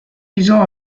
visant